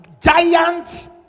Giants